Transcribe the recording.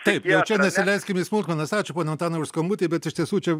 taip jau čia nesileiskim į smulkmenas ačiū pone antanai už skambutį bet iš tiesų čia